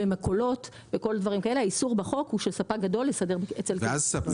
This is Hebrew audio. במכולות וכדומה אבל האיסור הוא שספק גדול יסדר אצל קמעונאי גדול.